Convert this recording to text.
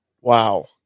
wow